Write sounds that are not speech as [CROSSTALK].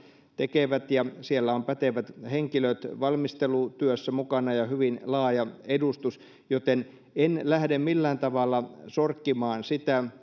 tekevät siellä on pätevät henkilöt valmistelutyössä mukana ja hyvin laaja edustus joten en lähde millään tavalla sorkkimaan sitä [UNINTELLIGIBLE]